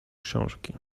książki